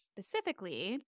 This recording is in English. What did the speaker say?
specifically